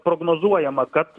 prognozuojama kad